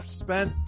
spent